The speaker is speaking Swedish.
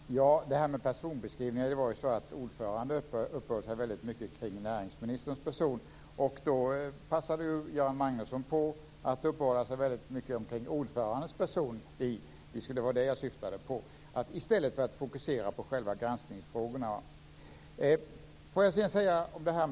Fru talman! När det gäller personbeskrivningar så uppehöll sig ordföranden mycket kring näringsministerns person. Då passade Göran Magnusson på att uppehålla sig mycket omkring ordförandens person i stället för att fokusera på själva granskningsfrågorna. Det var det som jag syftade på.